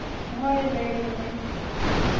ᱦᱳᱭ ᱞᱟᱹᱭ ᱨᱩᱣᱟᱹᱲᱟᱹᱢᱟᱹᱧ